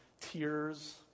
tears